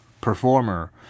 performer